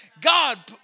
God